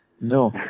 No